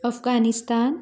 Afghanistan